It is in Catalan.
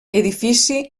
edifici